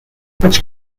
which